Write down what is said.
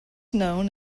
known